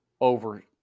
over